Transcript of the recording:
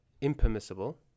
impermissible